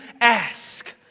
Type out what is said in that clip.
ask